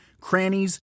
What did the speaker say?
crannies